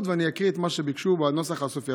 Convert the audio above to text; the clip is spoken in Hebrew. ואני אקריא את מה שביקשו בנוסח הסופי.